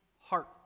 heart